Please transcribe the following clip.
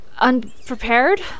unprepared